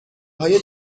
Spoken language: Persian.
های